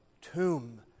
tomb